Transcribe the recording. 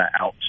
out